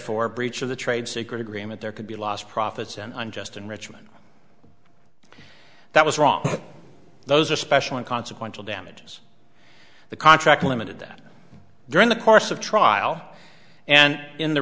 for breach of the trade secret agreement there could be lost profits and unjust enrichment that was wrong those especially consequential damages the contract limited that during the course of trial and in the